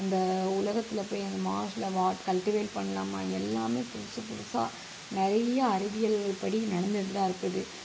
அந்த உலகத்தில் போய் அந்த மார்ஸ்ல வாட் கல்டிவேட் பண்ணலாமா எல்லாமே புதுசு புதுசாக நிறையா அறிவியல்படி நடந்துக்கிட்டுதான் இருக்குது